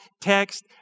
text